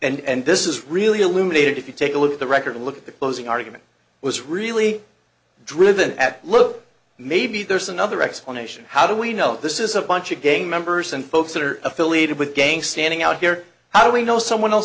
fact and this is really illuminated if you take a look at the record look at the closing argument was really driven at look maybe there's another explanation how do we know this is a bunch of gang members and folks that are affiliated with gang standing out here how do we know someone else